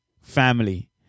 family